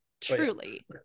truly